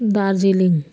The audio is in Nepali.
दार्जिलिङ